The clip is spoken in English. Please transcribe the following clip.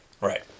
Right